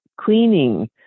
cleaning